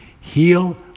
Heal